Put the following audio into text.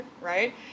right